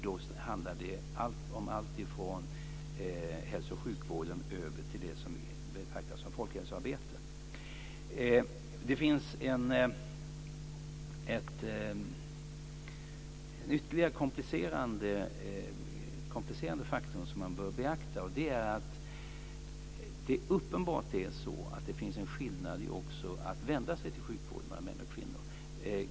Då handlar det om alltifrån hälso och sjukvården över till det som vi betraktar som folkhälsoarbete. Ett ytterligare komplicerande faktum som man bör beakta är att det uppenbart finns en skillnad mellan män och kvinnor när det gäller att vända sig till sjukvården.